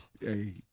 Hey